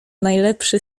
najlepszy